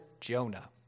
Jonah